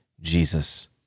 Jesus